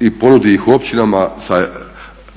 i ponudi ih općinama sa